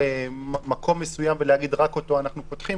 מקום מסוים ולהגיד שרק אותו אנחנו פותחים,